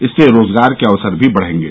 इससे रोजगार के अवसर भी बढेंगे